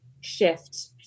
shift